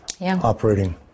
operating